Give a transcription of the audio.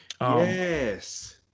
Yes